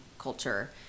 culture